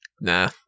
Nah